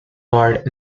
guard